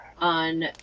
on